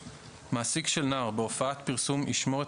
(ד)מעסיק של נער בהופעת פרסום ישמור את